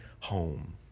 home